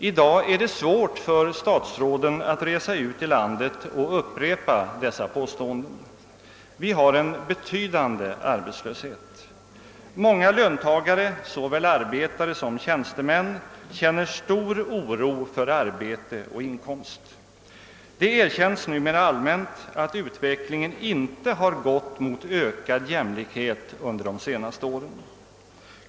I dag är det svårt för statsråden att resa ut i landet och upprepa dessa på ståenden. Vi har en betydande arbetslöshet. Många löntagare, såväl arbetare som tjänstemän, känner stor oro för arbete och inkomst. Det erkänns numera allmänt att utvecklingen inte har gått mot ökad jämlikhet under de senaste åren.